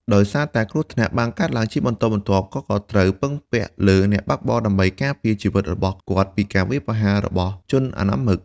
ដោយសារតែគ្រោះថ្នាក់បានកើតឡើងជាបន្តបន្ទាប់ គាត់ក៏ត្រូវពឹងពាក់លើអ្នកបើកបរដើម្បីការពារជីវិតរបស់គាត់ពីការវាយប្រហាររបស់ជនអនាមិក។